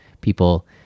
people